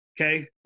Okay